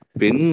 pin